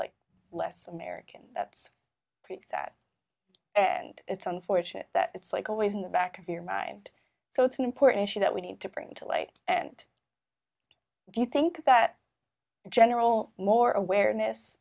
a less american that's pretty sad and it's unfortunate that it's like always in the back of your mind so it's an important issue that we need to bring to light and do you think that in general more awareness